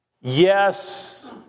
yes